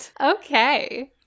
Okay